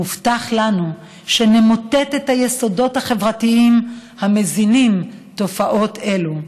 מובטח לנו שנמוטט את היסודות החברתיים המזינים תופעות אלו.